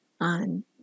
on